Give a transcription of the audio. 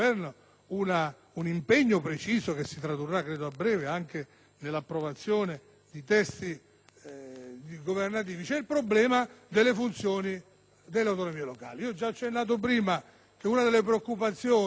un impegno preciso, che credo si tradurrà a breve anche nell'approvazione di testi governativi - c'è il problema delle funzioni delle autonomie locali. Ho già accennato prima che una delle preoccupazioni